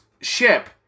ship